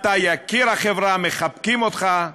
אתה יקיר החברה, מחבקים אותך,